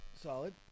Solid